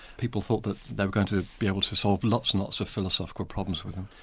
people thought that they were going to be able to solve lots and lots of philosophical problems with them,